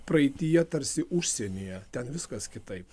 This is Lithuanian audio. praeityje tarsi užsienyje ten viskas kitaip